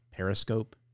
periscope